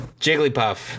Jigglypuff